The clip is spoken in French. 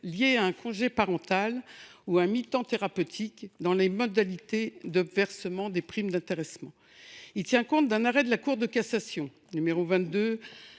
liés à un congé parental ou à un mi temps thérapeutique dans les modalités de versement des primes d’intéressement. Il s’agit de tenir compte de l’arrêt de la Cour de cassation n° 22